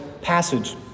passage